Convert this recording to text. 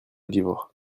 livre